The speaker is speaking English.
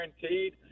guaranteed